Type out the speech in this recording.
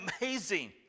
amazing